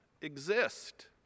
exist